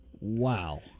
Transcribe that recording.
wow